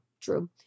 True